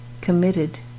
committed